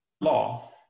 law